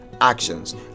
actions